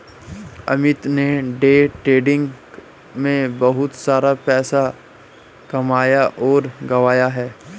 अमित ने day trading में बहुत सारा पैसा कमाया और गंवाया है